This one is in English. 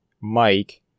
Mike